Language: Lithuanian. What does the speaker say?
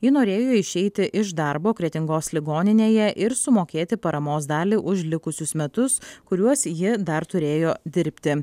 ji norėjo išeiti iš darbo kretingos ligoninėje ir sumokėti paramos dalį už likusius metus kuriuos ji dar turėjo dirbti